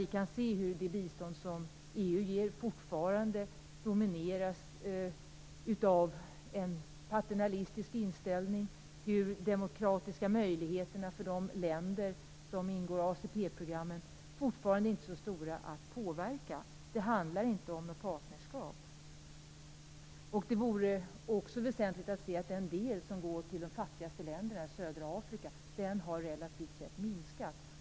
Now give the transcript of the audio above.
Vi kan ju se hur det bistånd som EU ger fortfarande domineras av en patriarkalisk inställning, hur de demokratiska möjligheterna för de länder som ingår i ACP-programmen fortfarande inte är så stora när det gäller att påverka. Det handlar inte om något partnerskap. Det är också väsentligt att man ser att den del som går till de fattigaste länderna i södra Afrika relativt sett har minskat.